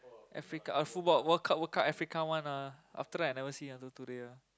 Africa uh football World Cup World Cup Africa won ah after that I never see until today ah